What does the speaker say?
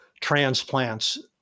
transplants